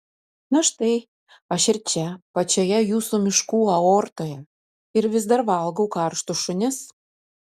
na štai aš ir čia pačioje jūsų miškų aortoje ir vis dar valgau karštus šunis